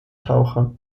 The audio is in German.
taucher